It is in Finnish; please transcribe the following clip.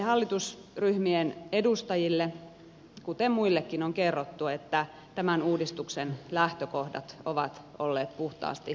meille hallitusryhmien edustajille kuten muillekin on kerrottu että tämän uudistuksen lähtökohdat ovat olleet puhtaasti maanpuolustukselliset